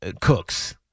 Cooks